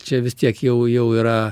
čia vis tiek jau jau yra